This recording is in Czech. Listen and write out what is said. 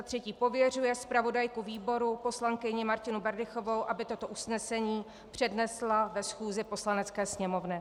III. pověřuje zpravodajku výboru poslankyni Martinu Berdychovou, aby toto usnesení přednesla ve schůzi Poslanecké sněmovny.